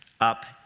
up